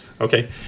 okay